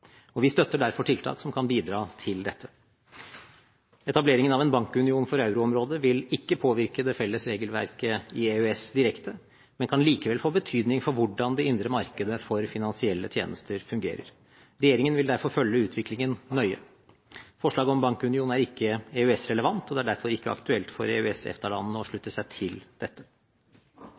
og vi støtter derfor tiltak som kan bidra til dette. Etableringen av en bankunion for euroområdet vil ikke påvirke det felles regelverket i EØS direkte, men kan likevel få betydning for hvordan det indre markedet for finansielle tjenester fungerer. Regjeringen vil derfor følge utviklingen nøye. Forslaget om bankunion er ikke EØS-relevant. Det er derfor ikke aktuelt for EØS/EFTA-landene å slutte seg til dette.